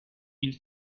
une